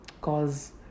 cause